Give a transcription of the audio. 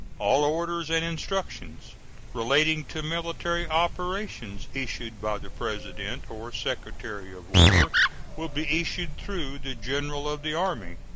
all orders and instructions relating to military operations issued by the president or secretary of war will be issued through the general of the army.